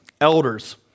elders